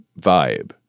vibe